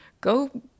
Go